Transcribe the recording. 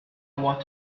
what